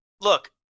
look